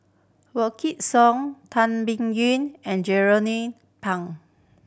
Wykidd Song Tan Biyun and Jernnine Pang